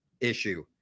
issue